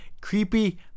Creepy